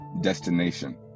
destination